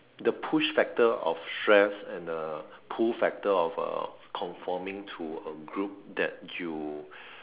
the push Factor of stress and the pull Factor of uh conforming to group that you